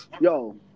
yo